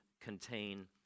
contain